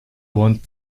want